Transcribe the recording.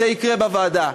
זה יקרה בוועדה.